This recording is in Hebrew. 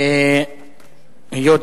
תודה רבה.